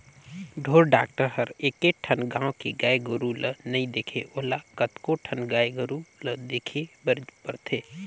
ढोर डॉक्टर हर एके ठन गाँव के गाय गोरु ल नइ देखे ओला कतको ठन गाय गोरु ल देखे बर परथे